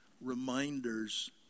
reminders